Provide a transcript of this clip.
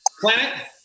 planet